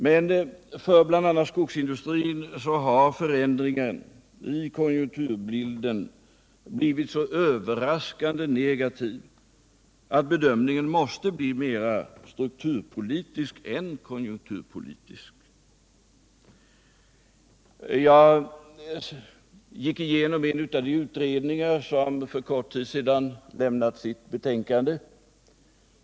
Men för bl.a. skogsindustrin har förändringen i konjunkturbilden blivit så överraskande negativ att bedömningen måste bli mera strukturpolitisk än konjunkturpolitisk. Jag har gått igenom en av de utredningar som för kort tid sedan avlämnades.